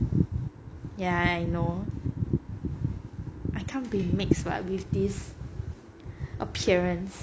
ya I know I can't be mixed what with this appearance